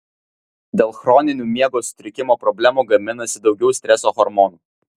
dėl chroninių miego sutrikimo problemų gaminasi daugiau streso hormonų